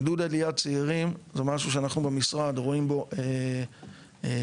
עידוד עליית צעירים זה משהו שאנחנו במשרד רואים בו ככלי,